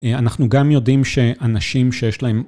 אנחנו גם יודעים שאנשים שיש להם...